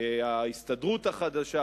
ההסתדרות החדשה,